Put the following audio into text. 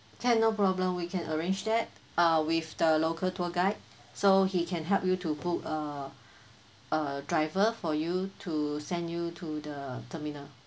can no problem we can arrange that err with the local tour guide so he can help you to book a err driver for you to send you to the terminal